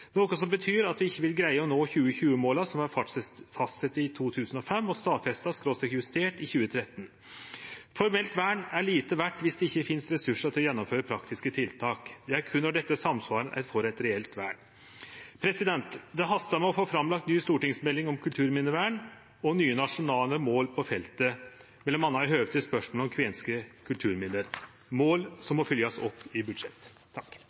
noko som betyr at vi ikkje vil greie å nå 2020-måla som vart fastsette i 2005 og stadfesta/justerte i 2013. Formelt vern er lite verdt viss det ikkje finst ressursar til å gjennomføre praktiske tiltak. Det er berre når dette samsvarar, at ein får eit reelt vern. Det hastar med å få lagt fram ny stortingsmelding om kulturminnevern og nye nasjonale mål på feltet, m.a. i høve til spørsmålet om kvenske kulturminne, mål som må fylgjast opp i budsjett.